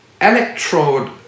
electrode